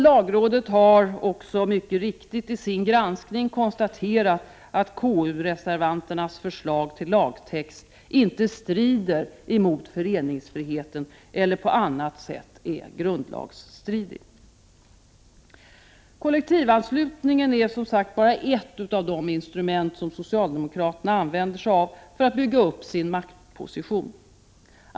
Lagrådet har också mycket riktigt, i sin granskning, konstaterat att KU-reservanternas förslag till lagtext inte strider mot föreningsfriheten eller på annat sätt är grundlagsstridig. Kollektivanslutningen är som sagt bara ett av de instrument som socialdemokraterna använder sig av för att bygga upp sin maktposition.